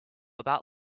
about